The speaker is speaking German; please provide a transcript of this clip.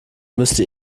müsste